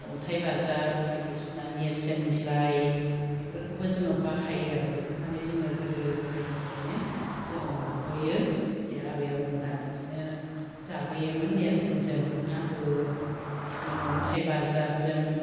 अन्थाय बाजाब बायदिसिना नेरसोन बिलाइ बेफोरखौबो जोङो बाहायो आरो बेखौ मानि जोङो गोदो गोदायनिफ्रायनो जोङो नुबोयो जे आबै आबौमोनहा बिदिनो जाबोयोमोन नेरसोनजों आलु बिदिनो अन्थाय बाजाबजों